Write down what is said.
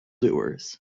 doers